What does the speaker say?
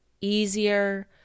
easier